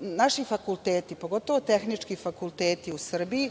naši fakulteti, pogotovo tehnički fakulteti u Srbiji